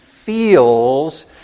feels